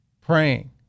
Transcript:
praying